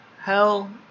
hell